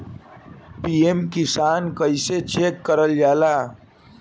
PM Kisan कइसे check करल जाला?